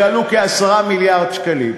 שעלו כ-10 מיליארד שקלים,